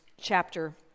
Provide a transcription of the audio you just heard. chapter